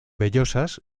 vellosas